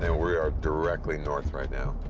and we are directly north right now.